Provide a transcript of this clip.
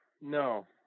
no